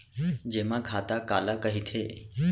जेमा खाता काला कहिथे?